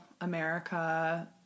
America